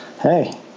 hey